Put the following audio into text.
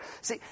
See